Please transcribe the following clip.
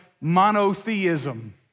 monotheism